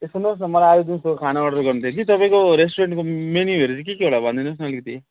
ए सुन्नु होस् न मलाई आज दिउँसोको खाना अडर गर्नु थियो कि तपाईँको रेस्टुरेन्टको मेन्युहरू चाहिँ के के होला भनिदिनु होस् न अलिकति